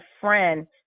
friend